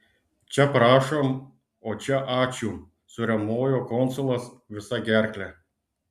čia prašom o čia ačiū suriaumojo konsulas visa gerkle